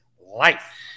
life